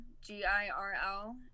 G-I-R-L